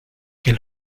que